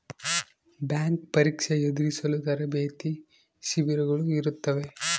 bank ಪರೀಕ್ಷೆ ಎದುರಿಸಲು ತರಬೇತಿ ಶಿಬಿರಗಳು ಇರುತ್ತವೆ